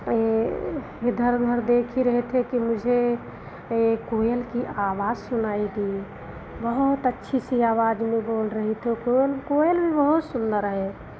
यह इधर उधर देख ही रहे थे कि मुझे ए कोयल की आवाज सुनाई दी बहुत अच्छी सी आवाज में बोल रही तो कोयल कोयल भी बहुत सुन्दर है